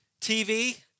TV